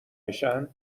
میشن